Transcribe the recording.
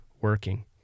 working